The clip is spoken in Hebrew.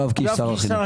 יואב קיש שר החינוך.